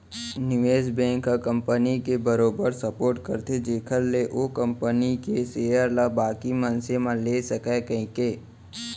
निवेस बेंक ह कंपनी के बरोबर सपोट करथे जेखर ले ओ कंपनी के सेयर ल बाकी मनसे मन ले सकय कहिके